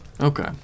Okay